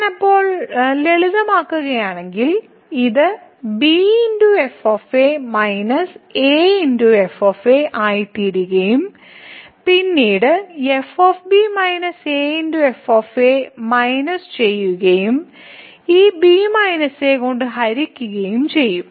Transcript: ഞാൻ അപ്പോൾ ലളിതമാക്കുകയാണെങ്കിൽ ഇത് bf - af ആയിത്തീരുകയും പിന്നീട് f - af മൈനസ് ചെയ്യുകയും ഈ b a കൊണ്ട് ഹരിക്കുകയും ചെയ്യും